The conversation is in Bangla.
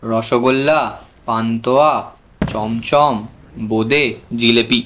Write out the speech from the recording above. রসগোল্লা পান্তুয়া চমচম বোঁদে জিলিপি